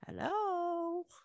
Hello